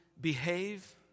behave